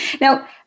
Now